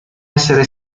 essere